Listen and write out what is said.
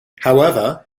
however